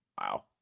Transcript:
Wow